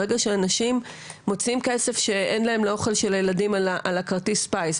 ברגע שאנשים מוציאים כסף שאין להם לאוכל של הילדים על כרטיס הפיס,